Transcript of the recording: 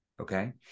Okay